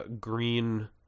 green